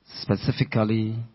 Specifically